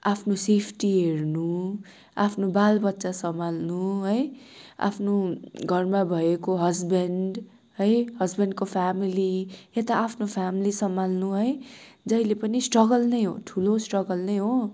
आफ्नो सेफ्टी हेर्नु आफ्नो बाल बच्चा सम्हाल्नु है आफ्नो घरमा भएको हसबेन्ड है हसबेन्डको फ्यामिली यता आफ्नो फ्यामिली सम्हाल्नु है जहिले पनि स्ट्रगल नै हो ठुलो स्ट्रगल नै हो